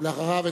ואחריו,